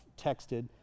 texted